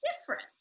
difference